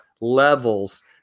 levels